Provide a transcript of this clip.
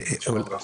שלום רב.